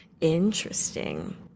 Interesting